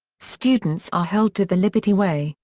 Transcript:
students are held to the liberty way,